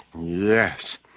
Yes